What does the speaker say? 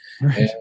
right